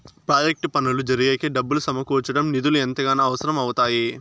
project పనులు జరిగేకి డబ్బులు సమకూర్చడం నిధులు ఎంతగానో అవసరం అవుతాయి